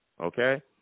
okay